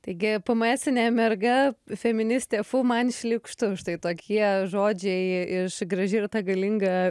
taigi pm esinė merga feministė fu man šlykštu štai tokie žodžiai iš graži ir ta galinga